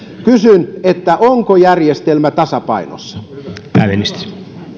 kysyn onko järjestelmä tasapainossa